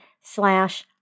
slash